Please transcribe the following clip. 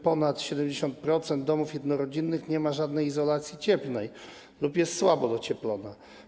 Ponad 70% domów jednorodzinnych nie ma żadnej izolacji cieplnej lub jest słabo ocieplona.